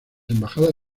embajadas